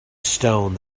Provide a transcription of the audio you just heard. stone